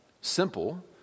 simple